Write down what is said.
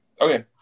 Okay